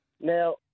Now